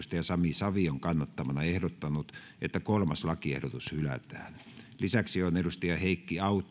sami savion kannattamana ehdottanut että kolmas lakiehdotus hylätään lisäksi on heikki autto mia laihon kannattamana